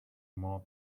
more